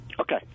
Okay